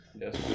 yes